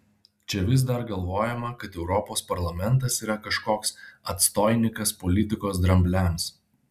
čia vis dar galvojama kad europos parlamentas yra kažkoks atstoinikas politikos drambliams